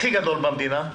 הכי גדול במדינה,